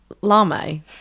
Lame